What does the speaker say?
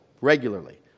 regularly